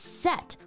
set